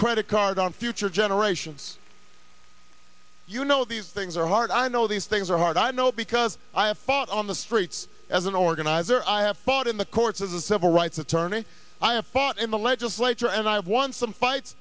credit card on future generations you know these things are hard i know these things are hard i know because i have fought on the streets as an organizer i have fought in the courts of the civil rights attorney i have fought in the legislature and i've won some fights